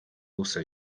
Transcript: also